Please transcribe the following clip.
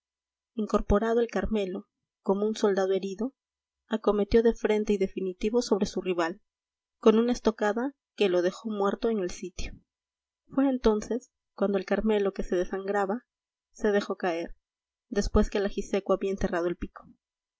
incorporado el carmelo como un soldado herido acometió de frente y definitivo sobre su rival con una estocada que lo dejó muerto en el sitio fué entonces cuando el carmelo que se desangraba se dejó caer después que el ajiseco había enterrado el pico